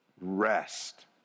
Rest